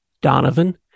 Donovan